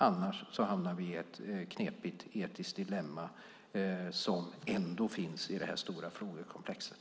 Annars hamnar vi i ett knepigt etiskt dilemma som ju ändå finns i det här stora frågekomplexet.